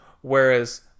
whereas